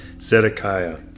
Zedekiah